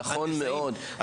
נכון מאוד,